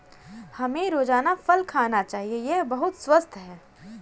हमें रोजाना फल खाना चाहिए, यह बहुत स्वस्थ है